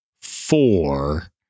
four